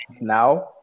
now